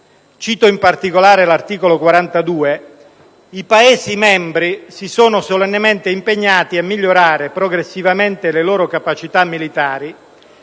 cito in particolare l'articolo 42 - i Paesi membri si sono solennemente impegnati a migliorare progressivamente le loro capacità militari